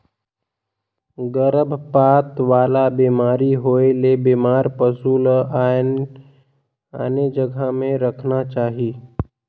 गरभपात वाला बेमारी होयले बेमार पसु ल आने जघा में रखना चाही